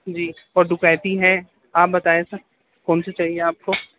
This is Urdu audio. جی اور ڈوکیتی ہے آپ بتائیں سر کون سی چاہیے آپ کو